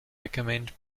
recommend